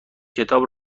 کتاب